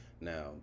now